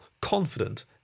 confident